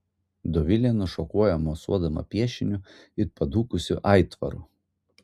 dovilė nušokuoja mosuodama piešiniu it padūkusiu aitvaru